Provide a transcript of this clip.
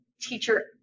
teacher